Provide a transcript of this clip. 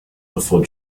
before